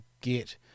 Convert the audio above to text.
get